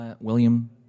William